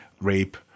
rape